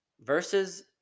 Versus